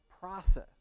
process